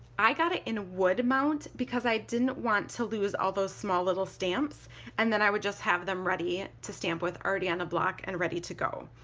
i got it in wood mount because i didn't want to lose all those small little stamps and then i would just have them ready to stamp with already on a block and ready to go.